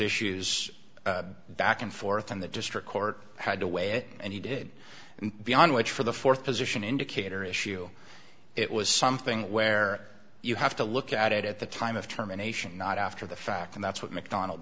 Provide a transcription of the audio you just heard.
issues back and forth and the district court had to weigh it and he did and beyond which for the th position indicator issue it was something where you have to look at it at the time of terminations not after the fact and that's what mcdon